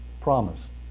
promised